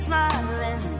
Smiling